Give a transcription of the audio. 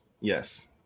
yes